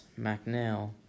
McNeil